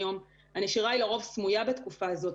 הנשירה היא לרוב סמויה בתקופה הזאת,